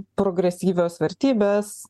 progresyvios vertybės